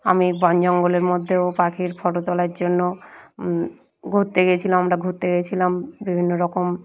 আমি বন জঙ্গলের মধ্যেও পাখির ফটো তোলার জন্য ঘুরতে গিয়েছিলাম আমরা ঘুরতে গিয়েছিলাম বিভিন্ন রকম